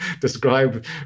describe